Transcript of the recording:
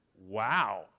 Wow